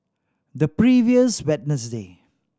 the previous Wednesday